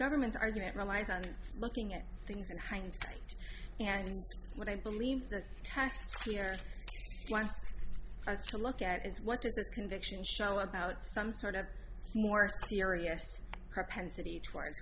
government's argument relies on looking at things in hindsight and what i believe that task here has to look at is what does the conviction show about some sort of more serious propensity towards